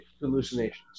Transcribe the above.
hallucinations